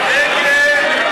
נגד?